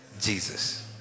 Jesus